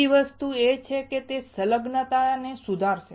બીજી વસ્તુ એ છે કે તે સંલગ્નતાને સુધારશે